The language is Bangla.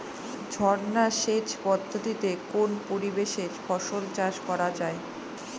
ঝর্না সেচ পদ্ধতিতে কোন পরিবেশে ফসল চাষ করা যায়?